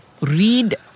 read